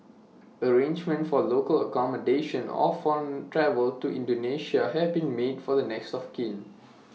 arrangements for local accommodation or for travel to Indonesia have been made for the next of kin